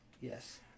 yes